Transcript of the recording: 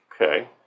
Okay